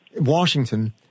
washington